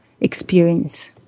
experience